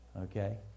okay